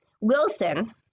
Wilson